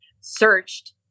searched